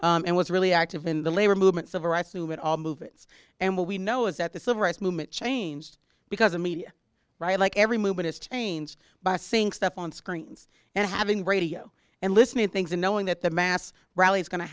two and was really active in the labor movement civil rights movement all movements and what we know is that the civil rights movement changed because of media right like every movement is change by saying stuff on screens and having radio and listening things and knowing that the mass rally is going to